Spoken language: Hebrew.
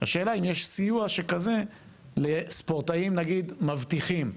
השאלה אם יש סיוע שכזה לספורטאים נגיד מבטיחים.